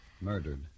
Murdered